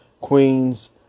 Queens